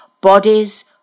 bodies